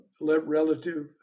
relative